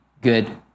good